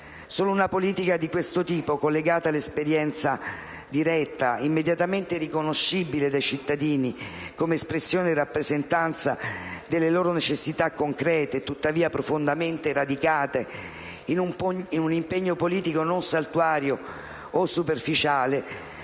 Solo una politica di questo tipo, collegata all'esperienza diretta, immediatamente riconoscibile dai cittadini come espressione e rappresentanza delle loro necessità concrete e tuttavia profondamente radicate in un impegno politico non saltuario o superficiale,